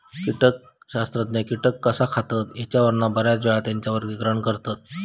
कीटकशास्त्रज्ञ कीटक कसा खातत ह्येच्यावरून बऱ्याचयेळा त्येंचा वर्गीकरण करतत